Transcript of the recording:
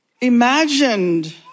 imagined